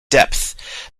depth